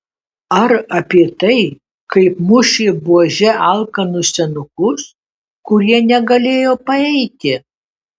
ar apie tai kaip mušė buože alkanus senukus kurie negalėjo paeiti